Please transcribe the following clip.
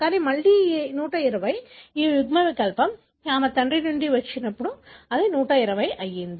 కానీ మళ్లీ ఆ 120 ఈ యుగ్మవికల్పం ఆమె తండ్రి నుండి వచ్చినప్పుడు అది 120 అయింది